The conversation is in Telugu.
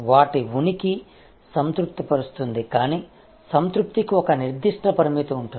వాటి ఉనికి సంతృప్తిపరుస్తుంది కానీ సంతృప్తికి ఒక నిర్దిష్ట పరిమితి ఉంటుంది